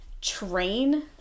train